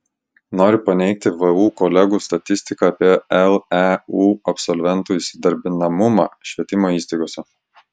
noriu paneigti vu kolegų statistiką apie leu absolventų įsidarbinamumą švietimo įstaigose